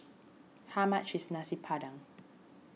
how much is Nasi Padang